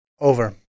Over